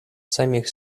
самих